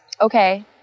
okay